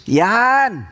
yan